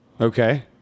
Okay